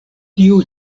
tiu